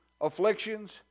afflictions